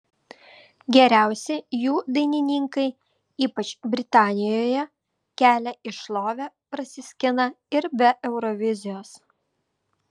geriausi jų dainininkai ypač britanijoje kelią į šlovę prasiskina ir be eurovizijos